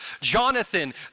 Jonathan